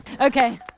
Okay